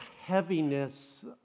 heaviness